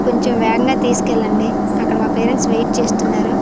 కొంచెం వేగంగా తీసుకెళ్ళండి అక్కడ మా పేరెంట్స్ వెయిట్ చేస్తున్నారు